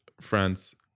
friends